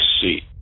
seat